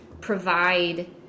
provide